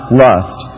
lust